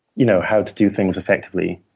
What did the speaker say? you know how to do things effectively,